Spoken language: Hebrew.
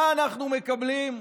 מה אנחנו מקבלים?